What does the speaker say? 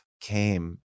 came